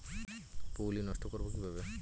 পুত্তলি নষ্ট করব কিভাবে?